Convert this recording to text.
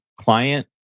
client